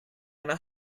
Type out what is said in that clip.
eine